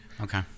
Okay